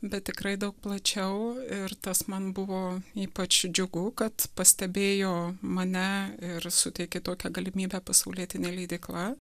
bet tikrai daug plačiau ir tas man buvo ypač džiugu kad pastebėjo mane ir suteikė tokią galimybę pasaulietinė leidykla